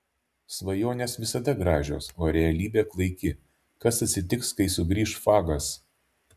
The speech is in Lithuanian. svajonės visada gražios o realybė klaiki kas atsitiks kai sugrįš fagas